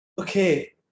okay